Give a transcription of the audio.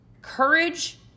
Courage